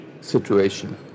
situation